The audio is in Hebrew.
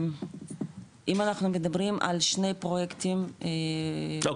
אם אנחנו מדברים על שני פרויקטים --- לא,